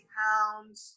pounds